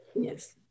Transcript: Yes